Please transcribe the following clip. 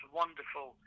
wonderful